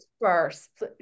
first